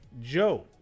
Joe